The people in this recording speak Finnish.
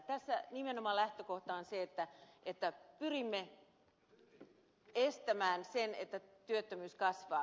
tässä nimenomaan lähtökohta on se että pyrimme estämään sen että työttömyys kasvaa